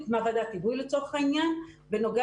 הוקמה ועדת היגוי לצורך העניין בנוגע